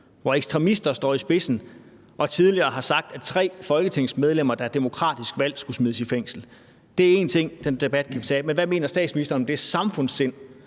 hvor ekstremister står i spidsen og tidligere har sagt, at tre folketingsmedlemmer, der er demokratisk valgt, skulle smides i fængsel? Det er én ting; den debat kan vi tage på et andet tidspunkt. Men hvad mener statsministeren om det samfundssind,